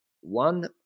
one